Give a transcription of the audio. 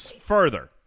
further